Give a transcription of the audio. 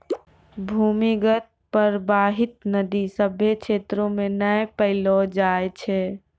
भूमीगत परबाहित नदी सभ्भे क्षेत्रो म नै पैलो जाय छै